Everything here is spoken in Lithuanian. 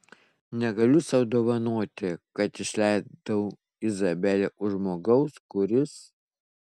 negaliu sau dovanoti kad išleidau izabelę už žmogaus kuris